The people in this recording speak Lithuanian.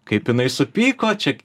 kaip jinai supyko čia